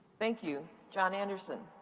thank you. jon anderson.